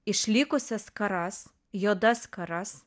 išlikusias skaras juodas skaras